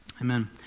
Amen